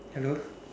hello